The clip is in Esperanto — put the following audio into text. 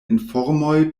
informoj